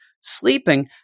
sleeping